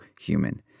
Human